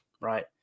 Right